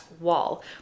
wall